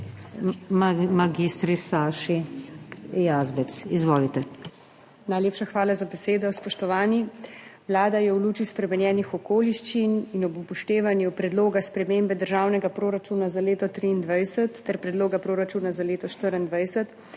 sekretarka MF):** Najlepša hvala za besedo. Spoštovani! Vlada je v luči spremenjenih okoliščin in ob upoštevanju predloga sprememb državnega proračuna za leto 2023 ter predloga proračuna za leto 2024